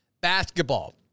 basketball